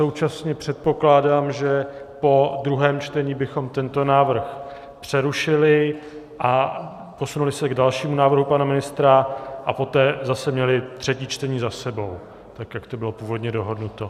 Současně předpokládám, že po druhém čtení bychom tento návrh přerušili a posunuli se k dalšímu návrhu pana ministra, a poté zase měli třetí čtení za sebou, tak jak to bylo původně dohodnuto.